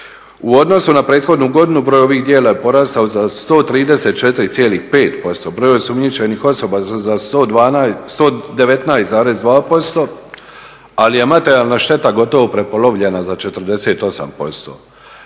U odnosu na prethodnu godinu broj ovih djela je porastao za 134,5%. Broj osumnjičenih osoba za 119,2%, ali je materijalna šteta gotovo prepolovljena za 48%.